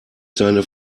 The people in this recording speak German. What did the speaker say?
seine